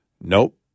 Nope